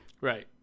Right